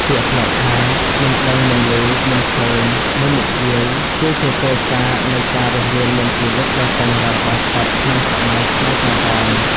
ពាក្យស្លោកថា មិនដឹង មិនឮ មិនឃើញ មិននិយាយគឺជាគោលការណ៍នៃការរស់រានមានជីវិតដ៏តឹងរ៉ឹងបំផុតក្នុងសម័យខ្មែរក្រហម។